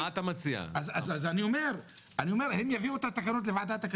מה אתה מציע לעשות עכשיו?